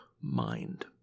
mind